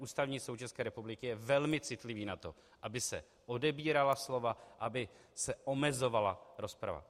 Ústavní soud České republiky je velmi citlivý na to, aby se odebírala slova, aby se omezovala rozprava.